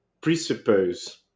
presuppose